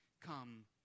come